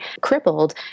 crippled